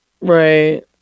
right